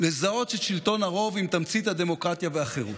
"לזהות את שלטון הרוב עם תמצית הדמוקרטיה והחירות.